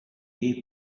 give